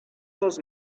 dos